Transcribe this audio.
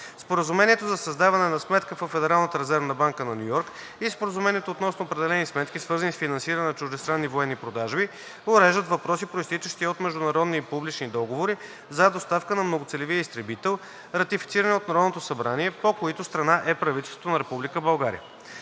Споразумението за създаване на сметка във Федералната резервна банка на Ню Йорк и Споразумението относно определени сметки, свързани с финансиране на чуждестранни военни продажби, уреждат въпроси, произтичащи от международни публични договори за доставка на многоцелевия изтребител, ратифицирани от Народното събрание, по които страна е правителството на